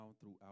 throughout